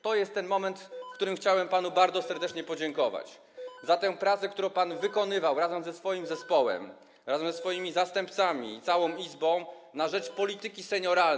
To jest ten moment, w którym chciałbym panu bardzo serdecznie podziękować za tę pracę, jaką pan wykonywał razem ze swoim zespołem, razem ze swoimi zastępcami i całą Izbą, na rzecz polityki senioralnej.